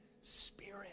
spirit